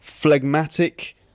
Phlegmatic